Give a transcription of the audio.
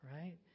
right